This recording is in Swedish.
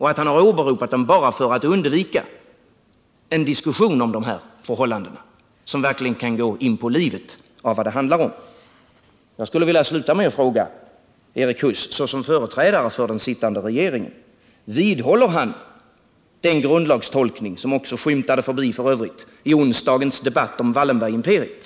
Han har åberopat grundlagen bara för att undvika en diskussion om dessa förhållanden som verkligen kan gå problemen in på livet. Jag skulle vilja sluta med att fråga Erik Huss, såsom företrädare för den sittande regeringen, om han vidhåller denna grundlagstolkning, som f. ö. även skymtade förbi i onsdagens debatt om Wallenbergsimperiet.